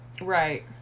Right